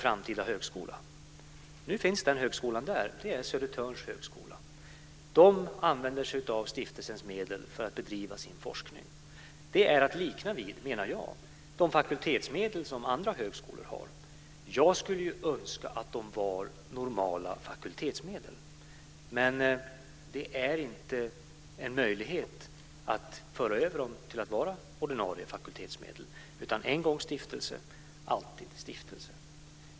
Nu finns högskolan där, nämligen Södertörns högskola. Den använder sig av stiftelsens medel för att bedriva sin forskning. Detta är, menar jag, att likna vid de fakultetsmedel som andra högskolor har. Jag skulle önska att de var normala fakultetsmedel, men det är inte möjligt att föra över dem till att vara ordinarie fakultetsmedel, utan en gång stiftelse, alltid stiftelse.